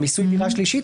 "מיסוי דירה שלישית",